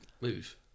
move